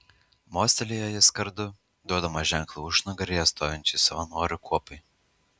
mostelėjo jis kardu duodamas ženklą užnugaryje stovinčiai savanorių kuopai